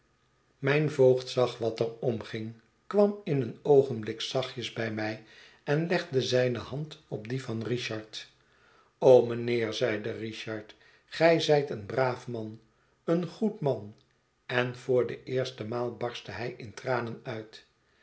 mijn voogd zag wat er omging kwam in een oogenblik zachtjes bij mij en legde zijne hand op die van richard o mijnheer zeide richard gij zijt een braaf man een goed man en voor de eerste maal barstte hj in tranen uit